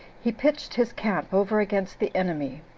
he pitched his camp over-against the enemy